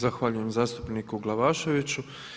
Zahvaljujem zastupniku Glavaševiću.